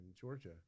Georgia